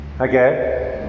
Okay